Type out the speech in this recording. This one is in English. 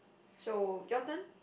so your turn